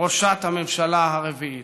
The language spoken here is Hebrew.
וראשת הממשלה הרביעית.